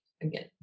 again